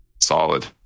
solid